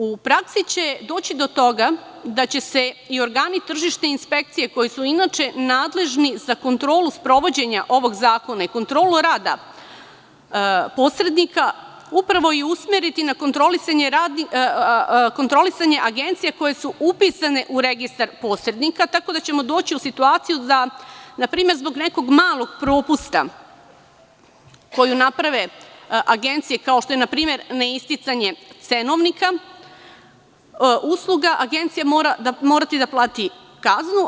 U praksi će doći do toga da će se i organi tržišne inspekcije, koji su inače nadležni za kontrolu sprovođenja ovog zakona i kontrolu rada posrednika, upravo i usmeriti na kontrolisanje agencija koje su upisane u registar posrednika, tako da ćemo doći u situaciju da će, na primer, zbog nekog malog propusta koji naprave agencije, kao što je npr. ne isticanje cenovnika usluga, agencija morati da plati kaznu.